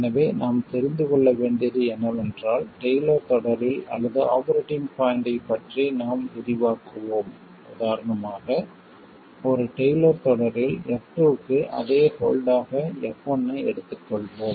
எனவே நாம் தெரிந்து கொள்ள வேண்டியது என்னவென்றால் டெய்லர் தொடரில் அல்லது ஆபரேட்டிங் பாய்ண்ட்டைப் பற்றி நாம் விரிவாக்குவோம் உதாரணமாக ஒரு டெய்லர் தொடரில் f2 க்கு அதே ஹோல்டாக f1 ஐ எடுத்துக்கொள்வோம்